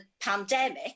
pandemic